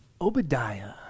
Obadiah